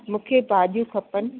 मूंखे भाॼियूं खपनि